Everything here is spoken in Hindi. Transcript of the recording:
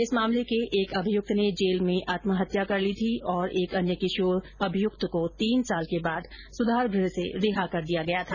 इस मामले के एक अभियुक्त ने जेल में आत्महत्या कर ली थी और एक अन्य किशोर अभियुक्त को तीन साल के बाद सुधार गृह से रिहा कर दिया गया था